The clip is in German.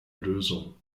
lösung